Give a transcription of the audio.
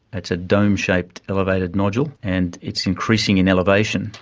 it's a dome-shaped elevated nodule, and it's increasing in elevation,